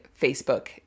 Facebook